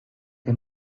que